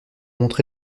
monté